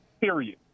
Period